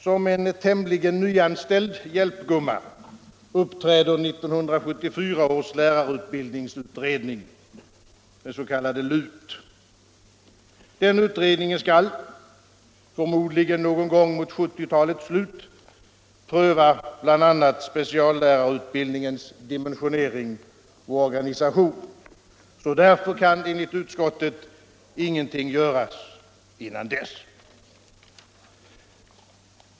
Som en tämligen nyanställd hjälpgumma uppträder 1974 års lärarutbildningsutredning, den s.k. LUT. Den utredningen skall förmodligen någon gång mot 1970-talets slut pröva bl.a. speciallärarutbildningens dimensionering och organisation. Därför kan enligt utskottet ingenting göras innan dess.